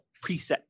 preset